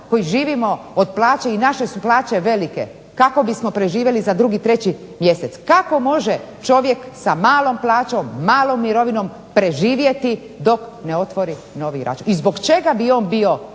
koji živimo od plaće i naše su plaće velike kako bismo preživjeli za 2., 3. mjesec. Kako može čovjek sa malom plaćom, malom mirovinom preživjeti dok ne otvori novi račun i zbog čega bi on bio